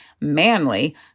manly